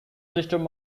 system